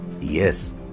Yes